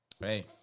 Hey